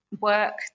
work